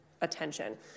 attention